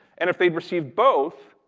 and if they'd received both,